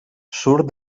surt